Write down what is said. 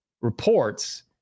reports